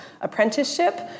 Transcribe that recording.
apprenticeship